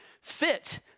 fit